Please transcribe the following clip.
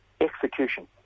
execution